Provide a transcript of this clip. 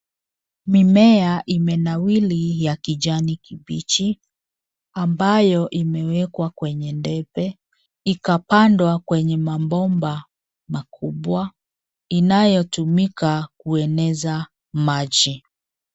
Mimea imenawiri ya kijani kibichi, ambayo imewekwa kwenye debe, ikapandwa kwenye mabomba makubwa, inayotumika kueneza maji.